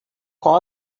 qual